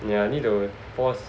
yeah need to force